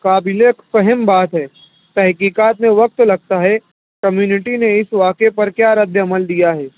قابلِ فہم بات ہے تحقیقات میں وقت لگتا ہے کمیونٹی نے اِس واقعے پر کیا ردِ عمل دیا ہے